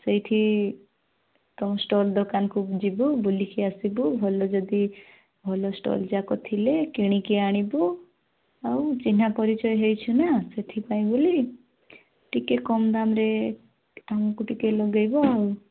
ସେଇଠି ତମ ଷ୍ଟଲ୍ ଦୋକାନକୁ ଯିବୁ ବୁଲିକି ଆସିବୁ ଭଲ ଯଦି ଭଲ ଷ୍ଟଲ୍ ଯାକ ଥିଲେ କିଣିକି ଆଣିବୁ ଆଉ ଚିହ୍ନା ପରିଚୟ ହୋଇଛି ନା ସେଥିପାଇଁ ବୋଲି ଟିକେ କମ ଦାମରେ ଆମକୁ ଟିକେ ଲଗାଇବ ଆଉ